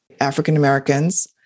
African-Americans